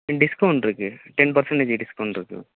discount இருக்கு ten percentage discount இருக்கு